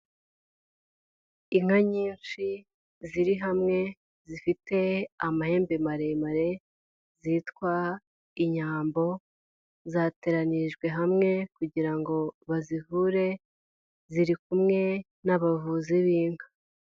Inka nyinshi ziri hamwe zifite amahembe maremare, zitwa inyambo, zateranyirijwe hamwe, kugira ngo bazihure, ziri kumwe n'abavuzi b'inka.